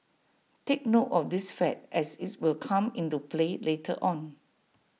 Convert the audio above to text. take note of this fact as its will come into play later on